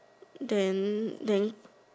then then